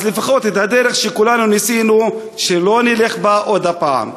אז לפחות הדרך שכולנו ניסינו, שלא נלך בה עוד פעם.